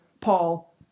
Paul